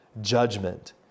judgment